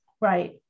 Right